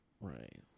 Right